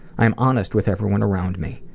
i am honest with everyone around me.